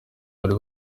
bari